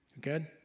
Good